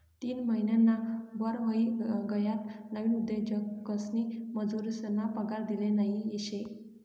तीन महिनाना वर व्हयी गयात नवीन उद्योजकसनी मजुरेसना पगार देल नयी शे